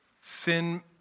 Sin